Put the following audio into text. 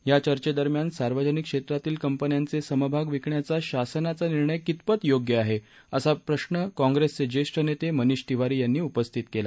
या चर्चेदरम्यान सार्वजनिक क्षेत्रातील कंपन्याचे समभाग विकण्याचा शासनाचा निर्णय कितपत योग्य आहे असा प्रश्न काँग्रेसचे ज्येष्ठ नेते मनीष तिवारी यांनी उपस्थिती केला